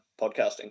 podcasting